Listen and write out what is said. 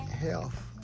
health